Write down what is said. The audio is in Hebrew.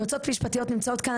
היועצות המשפטיות נמצאות כאן,